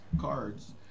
cards